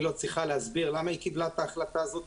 לא צריכה להסביר למה היא קיבלה את ההחלטה הזאת,